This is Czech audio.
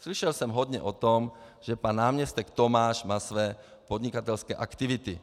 Slyšel jsem hodně o tom, že pan náměstek Tomáš má své podnikatelské aktivity.